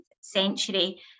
century